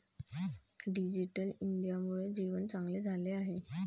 digital इंडियामुळे जीवन चांगले झाले आहे